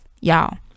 y'all